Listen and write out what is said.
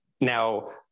Now